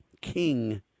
king